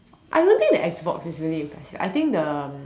I don't think the X box is really impressive I think the